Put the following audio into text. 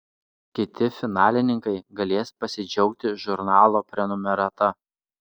kiti finalininkai galės pasidžiaugti žurnalo prenumerata